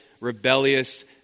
rebellious